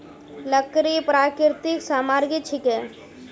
लकड़ी प्राकृतिक सामग्री छिके